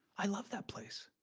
i loved that place.